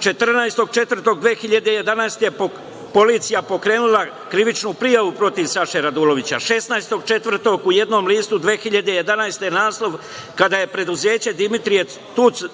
14. 04. 2011. godine policija je pokrenula krivičnu prijavu protiv Saše Radulovića; 16. 04. 2011. godine u jednom listu naslov – Kada je preduzeće „Dimitrije